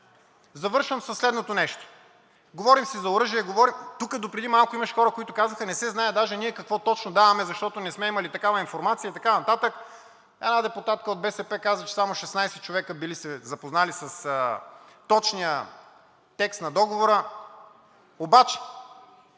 Завършвам със следното нещо: говорим си за оръжия, тук допреди малко имаше хора, които казаха: не се знае даже ние какво точно даваме, защото не сме имали такава информация и така нататък; една депутатка от БСП каза, че само 16 човека били се запознали с точния текст на договора. Обаче,